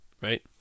right